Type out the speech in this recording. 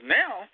now